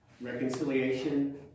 reconciliation